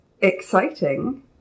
Exciting